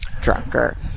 drunker